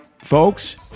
Folks